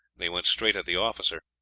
and he went straight at the officer.